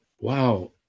wow